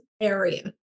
area